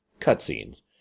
cutscenes